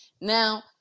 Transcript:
Now